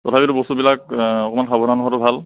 তথাপিটো বস্তুবিলাক অকণমান সাৱধান হোৱাটো ভাল